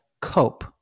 COPE